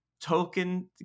token